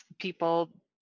People